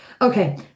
okay